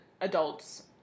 adults